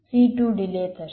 C2 delay થશે